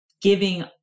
giving